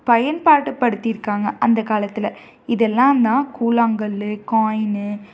பயன்பாடு படுத்திருக்காங்க அந்த காலத்தில் இதெல்லாம் தான் கூழாங்கல் காயினு